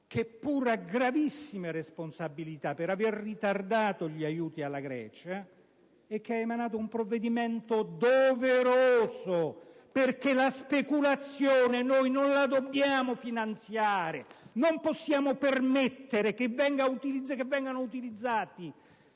che pure ha gravissime responsabilità per avere ritardato gli aiuti alla Grecia, hanno adottato provvedimenti doverosi, perché la speculazione non la si deve finanziare. Non si può permettere che vengano utilizzate